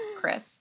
Chris